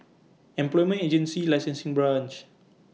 Employment Agency Licensing Branch